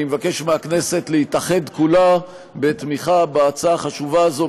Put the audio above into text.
אני מבקש מהכנסת להתאחד כולה בתמיכה בהצעה החשובה הזאת,